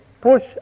push